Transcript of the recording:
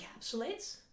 encapsulates